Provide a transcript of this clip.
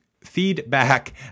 feedback